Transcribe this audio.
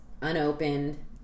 unopened